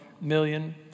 million